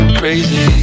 crazy